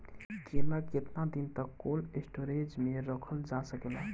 केला केतना दिन तक कोल्ड स्टोरेज में रखल जा सकेला?